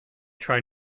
try